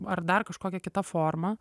ar dar kažkokia kita forma